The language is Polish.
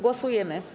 Głosujemy.